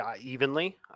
evenly